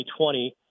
2020